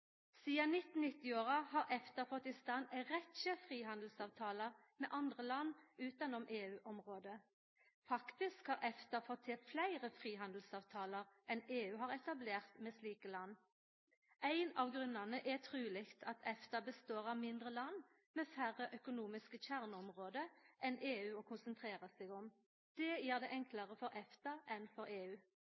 har EFTA fått i stand ei rekkje frihandelsavtalar med andre land utanfor EU-området. Faktisk har EFTA fått til fleire frihandelsavtalar enn EU har etablert med slike land. Ein av grunnane er truleg at EFTA består av mindre land, med færre økonomiske kjerneområde å konsentrera seg om enn EU. Det gjer det enklare for EFTA enn for EU.